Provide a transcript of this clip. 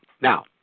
Now